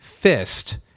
Fist